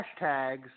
hashtags